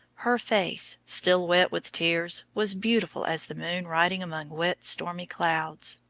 her face, still wet with tears, was beautiful as the moon riding among wet, stormy clouds.